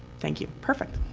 thank you, perfect.